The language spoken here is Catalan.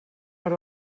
per